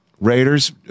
Raiders